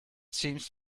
seems